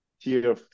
tier